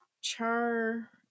char